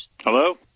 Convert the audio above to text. Hello